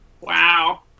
Wow